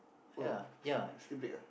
oh still still break ah